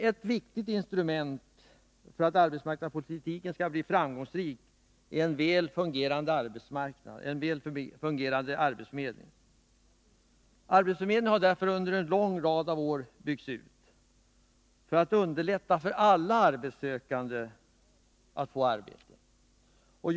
: Ett viktigt instrument i arbetet för att arbetsmarknadspolitiken skall bli framgångsrik är en väl fungerande arbetsförmedling. Arbetsförmedlingen har därför under en följd av år byggts ut för att man skall underlätta för alla arbetssökande att få ett arbete.